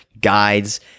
guides